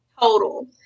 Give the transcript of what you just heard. Total